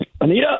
Anita